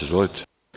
Izvolite.